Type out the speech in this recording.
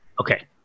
Okay